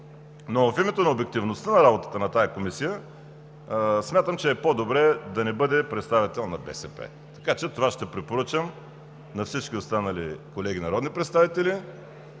Но в името на обективността на работата на тази комисия смятам, че е по-добре да не бъде представител на БСП. Така че това ще препоръчам на всички останали колеги народни представители